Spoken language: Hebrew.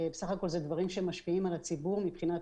בסך הכול אלה דברים שמשפיעים על הציבור מבחינת